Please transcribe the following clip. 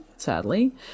sadly